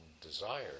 desire